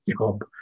job